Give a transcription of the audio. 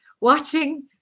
watching